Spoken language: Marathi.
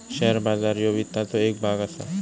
शेअर बाजार ह्यो वित्ताचो येक भाग असा